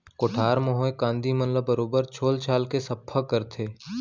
कोठार म होए कांदी मन ल बरोबर छोल छाल के सफ्फा करथे